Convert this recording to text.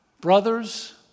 Brothers